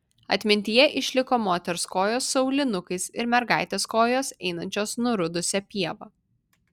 atmintyje išliko moters kojos su aulinukais ir mergaitės kojos einančios nurudusia pieva